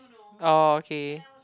oh okay